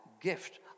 gift